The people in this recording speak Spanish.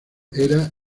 era